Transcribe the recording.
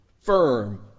Firm